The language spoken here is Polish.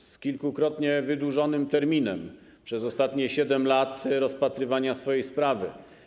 Z kilkukrotnie wydłużonym terminem przez ostatnie 7 lat rozpatrywania swojej sprawy.